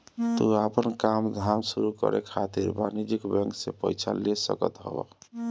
तू आपन काम धाम शुरू करे खातिर वाणिज्यिक बैंक से पईसा ले सकत हवअ